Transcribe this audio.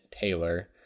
Taylor